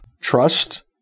trust